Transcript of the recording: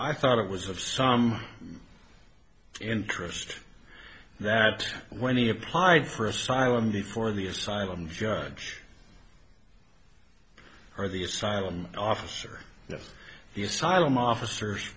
i thought it was of some interest that when he applied for asylum before the asylum judge or the asylum officer the asylum officers